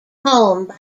home